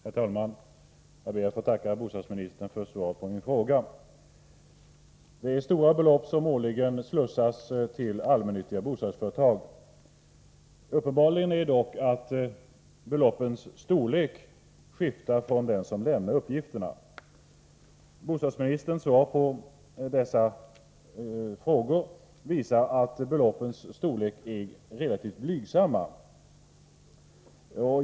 Herr talman! Jag ber att få tacka bostadsministern för svaret på min fråga. Det är stora belopp som årligen slussas till allmännyttiga bostadsföretag. Uppenbart är dock att beloppens storlek skiftar beroende på vem som lämnar uppgifterna. Bostadsministerns svar på mina frågor visar att beloppens storlek är relativt blygsam.